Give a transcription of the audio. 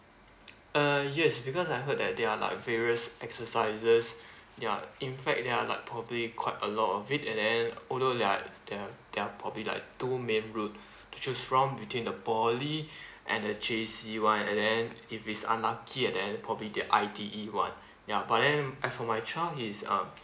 uh yes because I heard that they are like various exercises ya in fact they are like probably quite a lot of it and then although there are there are there are probably like two main route to choose from between the poly and the J_C [one] and then if he is unlucky and then probably the I_T_E [one] ya but then as for my child he is um